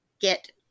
get